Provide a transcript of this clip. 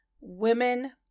women